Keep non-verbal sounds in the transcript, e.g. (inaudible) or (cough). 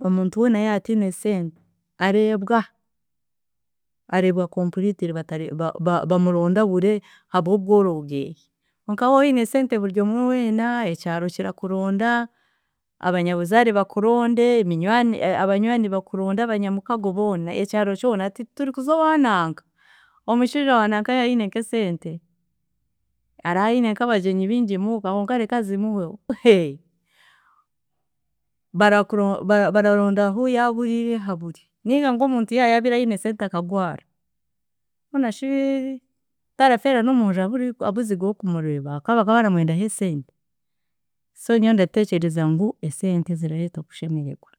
omuntu weena yaateine esente, areebwa areebwa completely batari ba- ba- bamuronde abure habw'obworo bweye, konka woine esente buryomwe weena ekyaro kirakuronda, abanyabuzaare bakuronde, eminywani abanywani bakuronde, abanyamukago boona ekyaro kyona ti- turikuza owaananka, omushiija wa nanka ya aine nk'esente, ara aine nk'abagyenyi bingi muuka konka reka zimuhweho, (laughs) barakuronda, bararonda ahi yaabure. Ninga nk'omuntu ya yaayaabiire aine esente akagwara, honashi tarafeera n'omunju aburi abuzigwe ow'okumureeba ahakuba baka baramwendaho esente so nyowe ndateekyereeza ngu esente ziraareeta okushemeregwa.